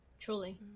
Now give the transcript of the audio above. truly